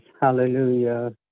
hallelujah